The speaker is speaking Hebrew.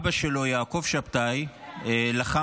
אבא שלו, יעקב שבתאי, לחם